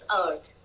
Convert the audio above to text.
earth